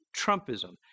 Trumpism